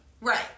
Right